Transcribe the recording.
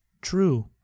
True